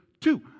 two